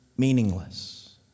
meaningless